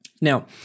Now